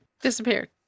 disappeared